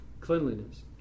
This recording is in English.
cleanliness